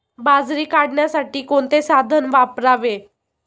बाजरी काढण्यासाठी कोणते साधन वापरावे?